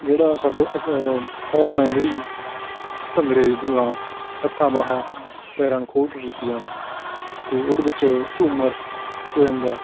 ਜਿਹੜਾ ਸਾਡੇ ਫੋਮ ਹੈ ਜਿਹੜੀ ਭੰਗੜੇ ਦੌਰਾਨ ਹੱਥਾਂ ਬਾਹਾਂ ਪੈਰਾਂ ਨੂੰ ਖੋਲ੍ਹ ਕੇ ਕੀਤੀ ਜਾਣੀ ਅਤੇ ਉਹਦੇ ਵਿੱਚ ਝੂਮਰ ਹੋ ਜਾਂਦਾ